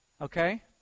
Okay